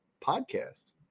podcast